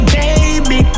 baby